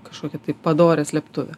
kažkokią tai padorią slėptuvę